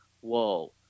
whoa